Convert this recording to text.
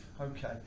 Okay